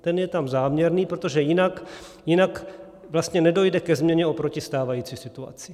Ten je tam záměrný, protože jinak vlastně nedojde ke změně oproti stávající situaci.